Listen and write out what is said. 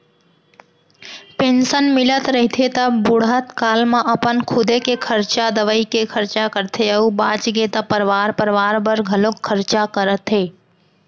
pension मिलत रहिथे त बुड़हत काल म अपन खुदे के खरचा, दवई के खरचा करथे अउ बाचगे त परवार परवार बर घलोक खरचा करथे